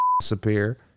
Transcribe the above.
disappear